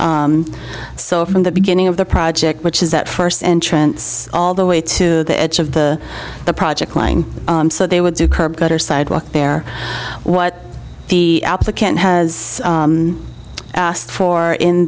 saw from the beginning of the project which is that first entrance all the way to the edge of the the project line so they would do curb gutter sidewalk there what the applicant has asked for in